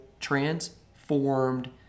transformed